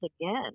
again